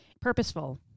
purposeful